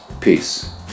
peace